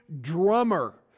drummer